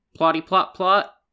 plotty-plot-plot